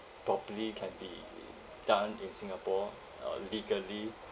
properly can be done in singapore uh legally